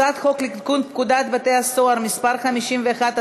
הצעת חוק לתיקון פקודת בתי-הסוהר (מס' 51),